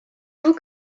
vous